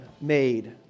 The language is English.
made